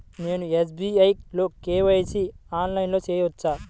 నేను ఎస్.బీ.ఐ లో కే.వై.సి ఆన్లైన్లో చేయవచ్చా?